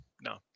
no